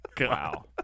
Wow